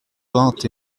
vingt